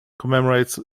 commemorates